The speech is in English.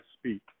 speak